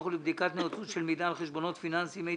ולבדיקת נאותות של מידע על חשבונות פיננסים - CRS),